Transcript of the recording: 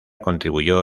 contribuyó